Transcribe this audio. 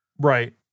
Right